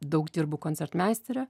daug dirbu koncertmeistere